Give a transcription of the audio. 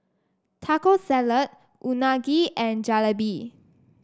Taco Salad Unagi and Jalebi